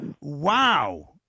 Wow